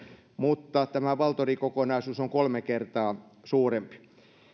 mutta tämä valtori kokonaisuus on kolme kertaa suurempi